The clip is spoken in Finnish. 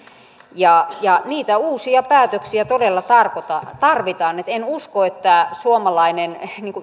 tule ja niitä uusia päätöksiä todella tarvitaan en usko että suomalainen